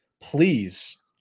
please